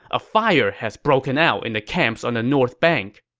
a fire has broken out in the camps on the north bank.